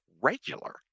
regular